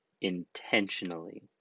intentionally